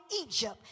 Egypt